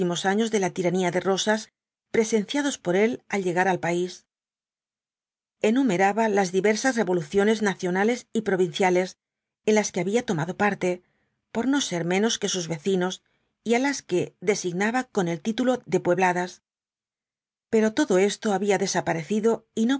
años de la tiranía de rosas presenciados por él al llegar al país enumeraba las diversas revoluciones nacionales y provinciales en las que había tomado parte por no ser menos que sus vecinos y á las que designaba con el título de puebladas pero todo esto había desaparecido